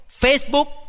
Facebook